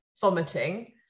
vomiting